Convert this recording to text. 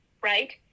right